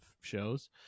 shows